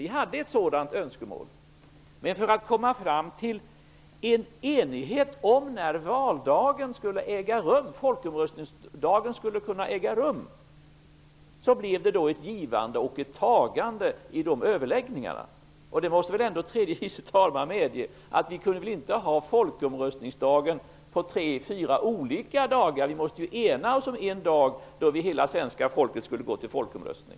Vi hade ett sådant önskemål, men för att komma fram till en enighet om när folkomröstningen skulle äga rum blev det ett givande och ett tagande i de överläggningarna. Tredje vice talmannen måste väl ändå medge att vi inte kan ha folkomröstningen på tre, fyra olika dagar. Vi måste ju ena oss om en dag då hela svenska folket kan gå till folkomröstning.